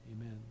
amen